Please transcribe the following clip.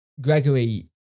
Gregory